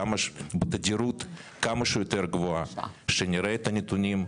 בתדירות כמה שיותר גבוהה שנראה את הנתונים,